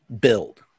build